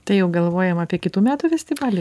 tai jau galvojam apie kitų metų festivalį